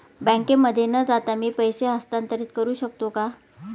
बँकेमध्ये न जाता मी पैसे हस्तांतरित करू शकतो का?